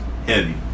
Heavy